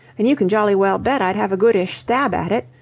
and you can jolly well bet i'd have a goodish stab at it.